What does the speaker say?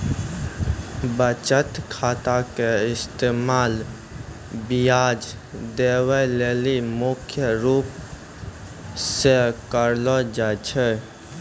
बचत खाता के इस्तेमाल ब्याज देवै लेली मुख्य रूप से करलो जाय छै